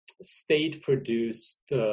state-produced